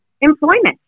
employment